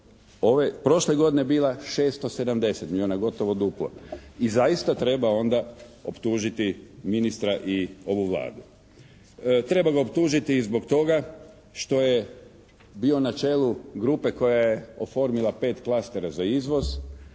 prošle godine je bila 670 milijuna, gotovo duplo i zaista treba onda optužiti ministra i ovu Vladu. Treba ga optužiti i zbog toga što je bio na čelu grupe koja je oformila pet klastera za izvoz,